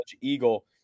Eagle